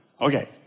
Okay